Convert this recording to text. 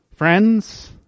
Friends